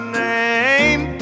name